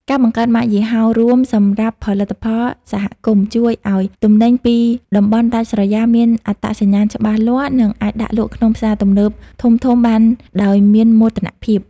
ការបង្កើតម៉ាកយីហោរួមសម្រាប់ផលិតផលសហគមន៍ ជួយឱ្យទំនិញពីតំបន់ដាច់ស្រយាលមានអត្តសញ្ញាណច្បាស់លាស់ និងអាចដាក់លក់ក្នុងផ្សារទំនើបធំៗបានដោយមោទនភាព។